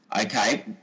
okay